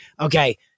okay